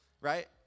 right